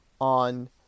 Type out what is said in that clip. on